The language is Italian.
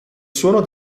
suono